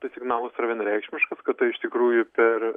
tai signalas yra vienareikšmiškas kad tai iš tikrųjų per